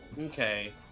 Okay